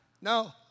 No